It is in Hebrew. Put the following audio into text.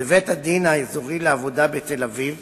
בבית-הדין האזורי לעבודה בתל-אביב